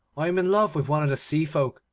i am in love with one of the sea-folk,